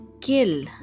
kill